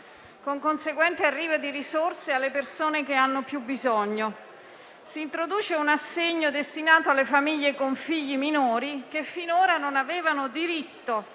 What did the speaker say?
con conseguente arrivo di risorse alle persone che hanno più bisogno. Si introduce un assegno destinato alle famiglie con figli minori che finora non avevano diritto